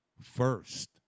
First